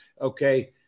okay